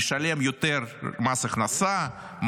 לשלם יותר מס הכנסה,